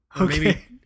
Okay